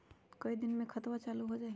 कई दिन मे खतबा चालु हो जाई?